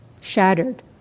shattered